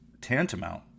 tantamount